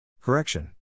Correction